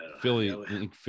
philly